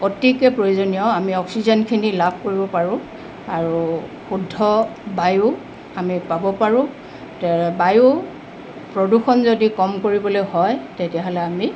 অতিকৈ প্ৰয়োজনীয় আমি অক্সিজেনখিনি লাভ কৰিব পাৰোঁ আৰু শুদ্ধ বায়ু আমি পাব পাৰোঁ বায়ু প্ৰদূষণ যদি কম কৰিবলৈ হয় তেতিয়াহ'লে আমি